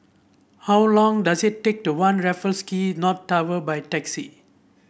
how long does it take to One Raffles Key North Tower by taxi